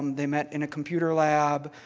they met in a computer lab.